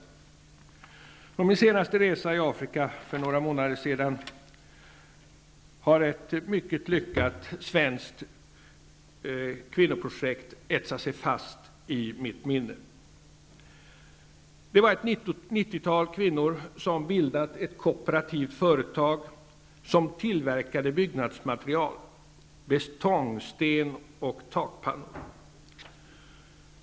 Från min senaste resa i Afrika för några månader sedan har ett mycket lyckat svenskt kvinnoprojekt etsat sig fast i mitt minne. Ett 90-tal kvinnor hade bildat ett kooperativt företag som tillverkade byggnadsmaterial -- betongsten och takpannor.